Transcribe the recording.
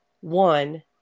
one